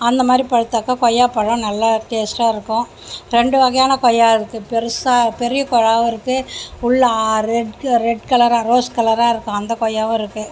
அந்தமாதிரி பழுத்தாக்கா கொய்யா பழம் நல்ல டேஸ்டாக இருக்கும் ரெண்டு வகையான கொய்யா இருக்கு பெருசாக பெரிய கொய்யாவும் இருக்கு உள்ள ரெட் ரெட் கலராக ரோஸ் கலராக இருக்கும் அந்த கொய்யாவும் இருக்கு